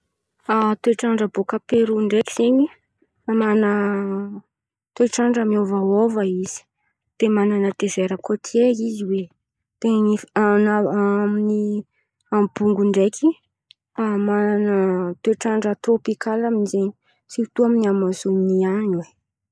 Toetr'andra bôkà Pero ndraiky zen̈y man̈à toetr'andra miôvaôva izy. Dia man̈ana desera kôtie izy oe dia misy ama- amin'ny bongo ndraiky man̈ana toetr'andra trôpikal amin'ny zen̈y sirto ami'ny amazôny any hoe.